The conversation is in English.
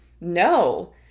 No